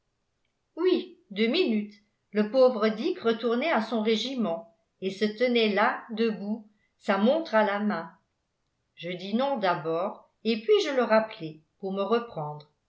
oui deux minutes le pauvre dick retournait à son régiment et se tenait là debout sa montre à la main je dis non d'abord et puis je le rappelai pour me reprendre